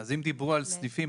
אם דיברו על סניפים,